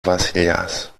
βασιλιάς